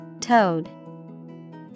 Toad